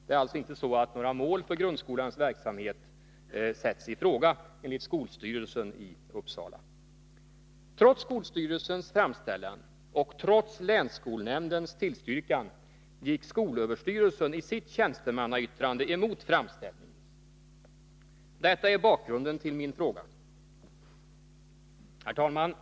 Det är alltså inte så att några mål för grundskolans verksamhet sätts i fråga enligt skolstyrelsen i Uppsala. Trots skolstyrelsens framställning och trots länsskolnämndens tillstyrkan gick skolöverstyrelsen i sitt tjänstemannayttrande emot framställningen. Detta är bakgrunden till min fråga. Herr talman!